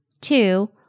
Two